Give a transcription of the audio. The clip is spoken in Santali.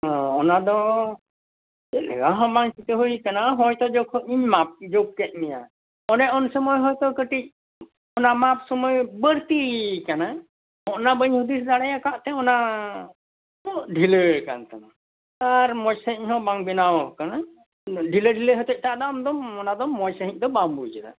ᱚᱻ ᱚᱱᱟᱫᱚ ᱪᱮᱫ ᱞᱮᱠᱟᱦᱚᱸ ᱵᱟᱝ ᱪᱮᱠᱟᱹ ᱦᱩᱭ ᱟᱠᱟᱱᱟ ᱦᱚᱭᱛᱚ ᱡᱚᱠᱷᱚᱡ ᱤᱧ ᱢᱟᱯ ᱡᱳᱠᱷ ᱠᱮᱫ ᱢᱮᱭᱟ ᱚᱱᱮ ᱩᱱ ᱥᱚᱢᱚᱭ ᱦᱚᱭᱛᱚ ᱠᱟᱹᱴᱤᱡ ᱚᱱᱟ ᱢᱟᱯ ᱥᱚᱢᱚᱭ ᱵᱟᱹᱲᱛᱤ ᱟᱠᱟᱱᱟ ᱚᱱᱟ ᱵᱟᱹᱧ ᱦᱩᱫᱤᱥ ᱫᱟᱲᱮ ᱟᱠᱟᱫᱛᱮ ᱚᱱᱟ ᱯᱳᱸᱜ ᱰᱷᱤᱞᱟᱹ ᱟᱠᱟᱱ ᱛᱟᱢᱟ ᱟᱨ ᱢᱚᱸᱡᱽ ᱥᱟᱹᱦᱤᱡ ᱦᱚᱸ ᱵᱟᱝ ᱵᱮᱱᱟᱣ ᱟᱠᱟᱱᱟ ᱰᱷᱤᱞᱟᱹ ᱰᱷᱤᱞᱟᱹ ᱦᱚᱛᱮᱡᱛᱮ ᱚᱱᱟᱫᱚᱢ ᱟᱢᱫᱚᱢ ᱢᱚᱸᱡᱽ ᱥᱟᱹᱦᱤᱡ ᱫᱚ ᱵᱟᱢ ᱵᱩᱡᱷᱟᱹᱣ ᱟ